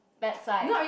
backside